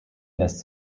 lässt